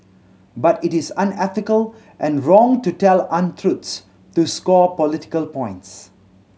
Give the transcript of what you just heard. but it is unethical and wrong to tell untruths to score political points